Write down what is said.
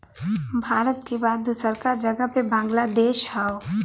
भारत के बाद दूसरका जगह पे बांग्लादेश हौ